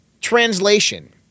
Translation